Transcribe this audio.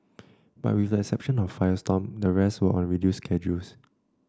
but with the exception of firestorm the rest were on reduced schedules